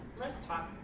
let's talk